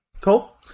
Cool